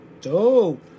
Dope